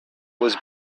was